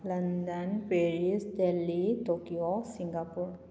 London Paris Delhi Tokyo Singapore